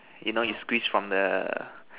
you know you squeeze from the